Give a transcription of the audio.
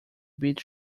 bit